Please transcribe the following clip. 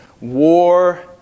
war